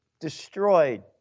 destroyed